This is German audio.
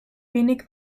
wenig